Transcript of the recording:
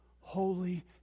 holy